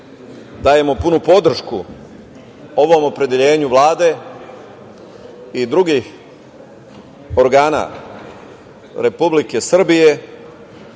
dajemo punu podršku ovom opredeljenju Vlade i drugih organa Republike Srbije